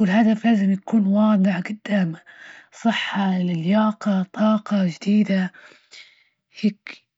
والهدف لازم يكون قدامه صحة للياقة طاقة جديدة هكي.